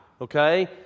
Okay